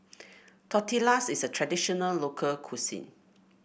tortillas is a traditional local cuisine